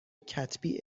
کتبی